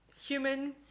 Human